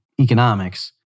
economics